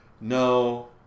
no